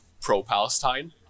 pro-Palestine